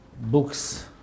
books